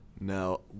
Now